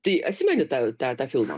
tai atsimeni tą tą tą filmą